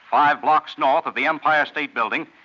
five blocks north of the empire state building,